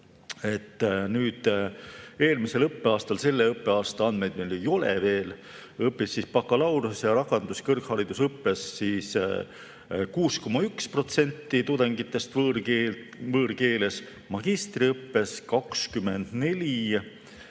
Eelmisel õppeaastal – selle õppeaasta andmeid meil ei ole veel – õppis bakalaureuse‑ ja rakenduskõrgharidusõppes 6,1% tudengitest võõrkeeles, magistriõppes 24,6%